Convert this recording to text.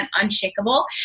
unshakable